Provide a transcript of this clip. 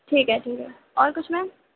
ٹھیک ہے ٹھیک ہے اور کچھ میم